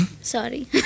Sorry